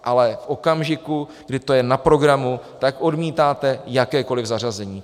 Ale v okamžiku, kdy to je na programu, tak odmítáte jakékoli zařazení.